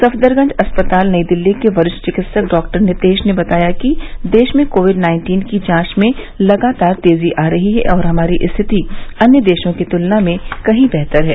सफदरजंग अस्पताल नई दिल्ली के वरिष्ठ चिकित्सक डा नितेश ने बताया कि देश में कोविड नाइन्टीन की जांच में लगातार तेजी आ रही है और हमारी स्थिति अन्य देशों की तुलना में कहीं बेहतर है